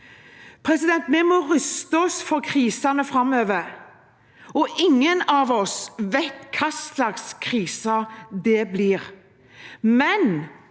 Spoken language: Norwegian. Vi må ruste oss for krisene framover, og ingen av oss vet hva slags kriser det blir.